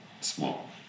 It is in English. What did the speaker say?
small